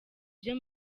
byo